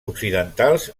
occidentals